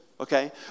Okay